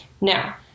Now